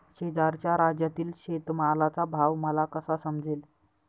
शेजारच्या राज्यातील शेतमालाचा भाव मला कसा समजेल?